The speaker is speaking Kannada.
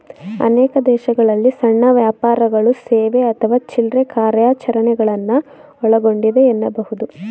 ಅನೇಕ ದೇಶಗಳಲ್ಲಿ ಸಣ್ಣ ವ್ಯಾಪಾರಗಳು ಸೇವೆ ಅಥವಾ ಚಿಲ್ರೆ ಕಾರ್ಯಾಚರಣೆಗಳನ್ನ ಒಳಗೊಂಡಿದೆ ಎನ್ನಬಹುದು